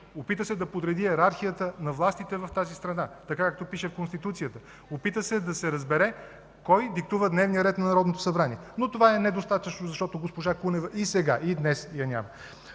опита се да подреди йерархията на властите в тази страна, както пише в Конституцията, опита се да се разбере кой диктува дневния ред на Народното събрание. Но това е недостатъчно, защото госпожа Кунева и сега, и днес я няма.